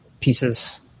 pieces